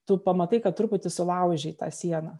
tu pamatai kad truputį sulaužei tą sieną